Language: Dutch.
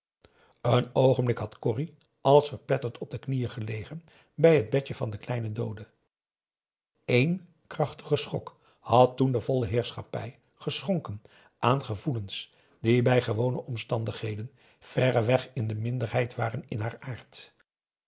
een oogenblik had corrie als verpletterd op de knieën gelegen bij het bedje van den kleinen doode eén krachtige schok had toen de volle heerschappij geschonken aan gevoelens die bij gewone omstandigheden verreweg in de minderheid waren in haar aard